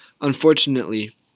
Unfortunately